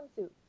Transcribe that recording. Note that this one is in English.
swimsuit